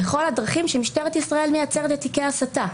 בכל הדרכים שמשטרת ישראל מייצרת את תיקי ההסתה.